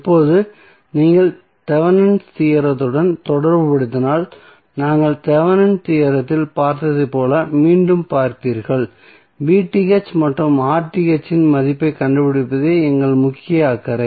இப்போது நீங்கள் தேவெனின்ஸ் தியோரத்துடன் தொடர்புபடுத்தினால் நாங்கள் தெவெனின் தியோரத்தில் பார்த்ததைப் போல மீண்டும் பார்ப்பீர்கள் மற்றும் இன் மதிப்பைக் கண்டுபிடிப்பதே எங்கள் முக்கிய அக்கறை